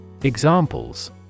Examples